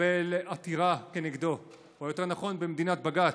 מקבל עתירה כנגדו, או יותר נכון במדינת בג"ץ?